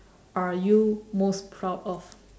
are you most proud of